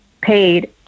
paid